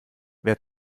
wer